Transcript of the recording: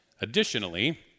additionally